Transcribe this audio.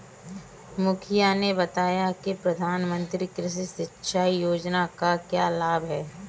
मुखिया ने बताया कि प्रधानमंत्री कृषि सिंचाई योजना का क्या लाभ है?